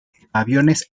portaaviones